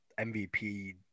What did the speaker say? MVP